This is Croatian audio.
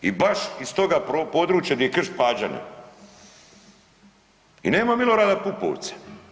I baš iz toga područja gdje je Krš-Pađane i nema Milorada Pupovca.